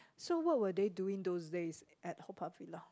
so what were they doing those days at Haw-Par-Villa